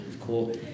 cool